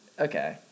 Okay